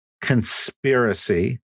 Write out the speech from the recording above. conspiracy